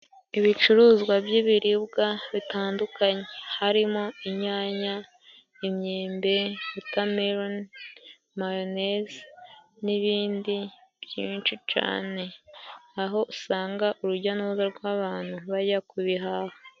Ibicuruzwa by'ibiribwa bitandukanye, harimo: inyanya, imyembe, wotameloni, mayoneze n'ibindi byinshi cane, aho usanga urujya n'uruza rw'abantu bajya ku bihaha.